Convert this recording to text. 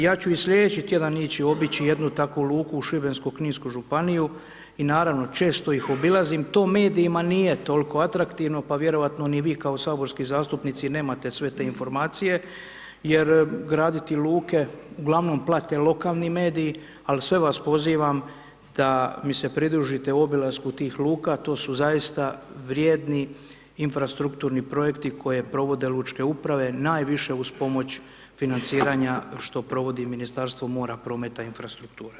Ja ću i sljedeći tjedan ići obići jednu takvu luku u Šibensko kninsku županiju, i naravno, često ih obilazim, to mednijima nije toliko atraktivno, pa vjerojatno ni vi kao saborski zastupnici nemate sve te informacije, jer graditi luke, ugl. plate lokalni mediji, ali sve vas pozivam da mi se pridružite u obilasku tih luka, to su zaista vrijedni infrastrukturni projekti koje prove lučke uprave, najviše uz pomoć financiranja to provodi Ministarstvo mora, prometa i infrastrukture.